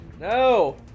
No